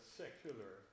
secular